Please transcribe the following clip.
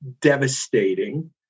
devastating